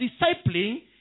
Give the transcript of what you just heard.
discipling